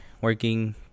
working